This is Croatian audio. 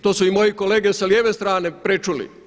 To su i moji kolege s lijeve strane prečuli.